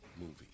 movie